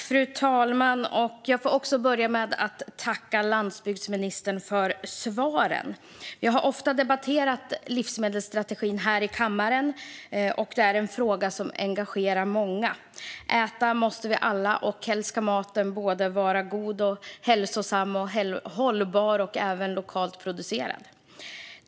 Fru talman! Jag får börja med att tacka landsbygdsministern för svaren. Jag har ofta debatterat livsmedelsstrategin här i kammaren. Det är en fråga som engagerar många. Äta måste vi alla, och helst ska maten vara såväl god och hälsosam som hållbar och lokalt producerad.